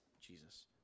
Jesus